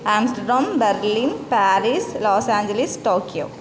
आम्स्टर्टों Berlin Paris Los Angeles Tokyo